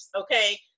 okay